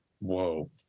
whoa